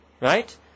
Right